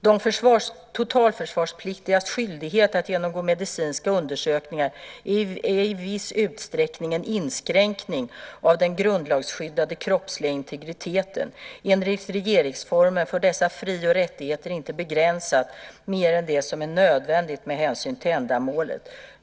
De totalförsvarspliktigas skyldighet att genomgå medicinska undersökningar är i viss utsträckning en inskränkning av den grundlagsskyddade kroppsliga integriteten. Enligt regeringsformen får dessa fri och rättigheter inte begränsas mer än vad som är nödvändigt med hänsyn till ändamålet.